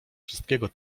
wszystkiego